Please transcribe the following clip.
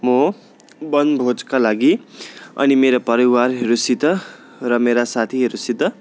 म बनभोजका लागि अनि मेरो परिवारहरूसित र मेरा साथीहरूसित